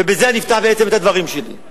ובזה אני אפתח בעצם את הדברים שלי,